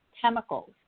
chemicals